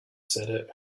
said